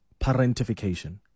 parentification